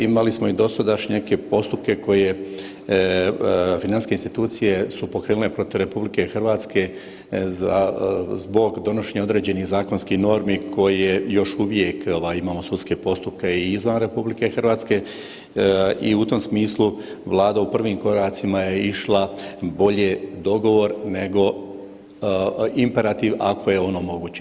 Imali smo i dosada još neke postupke koje financijske institucije su pokrenule protiv RH za, zbog donošenja određenih zakonskih normi koje još uvijek imamo sudske postupke i izvan RH i u tom smislu Vlada u prvim koracima je išla bolje dogovor nego imperativ ako je on omogućen.